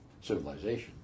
civilization